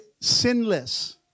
sinless